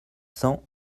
cents